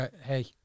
Hey